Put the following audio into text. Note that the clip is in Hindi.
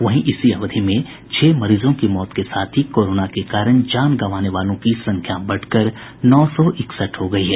वहीं इसी अवधि में छह मरीजों की मौत के साथ ही कोरोना के कारण जान गंवाने वालों की संख्या बढ़कर नौ सौ इकसठ हो गयी है